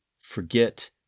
forget